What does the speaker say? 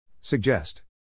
Suggest